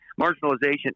marginalization